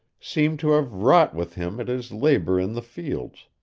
seemed to have wrought with him at his labor in the fields